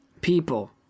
people